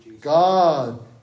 God